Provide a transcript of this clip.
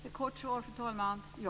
Fru talman! Ett kort svar: Ja.